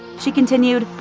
she continued,